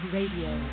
Radio